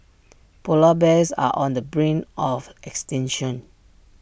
Polar Bears are on the brink of extinction